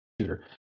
shooter